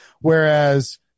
Whereas